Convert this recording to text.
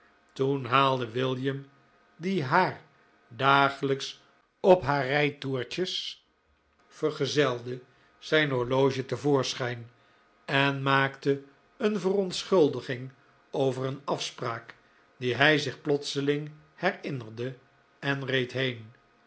toen haalde william die haar dagelijks op haar rijtoertjes vergezelde zijn horloge te voorschijn en maakte een verontschuldiging over een afspraak die hij zich plotseling herinnerde en reed heen